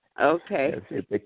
Okay